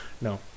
No